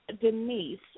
Denise